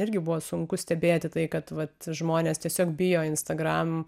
irgi buvo sunku stebėti tai kad vat žmonės tiesiog bijo instagram